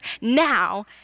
now